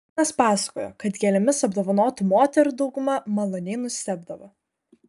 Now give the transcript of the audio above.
vaikinas pasakojo kad gėlėmis apdovanotų moterų dauguma maloniai nustebdavo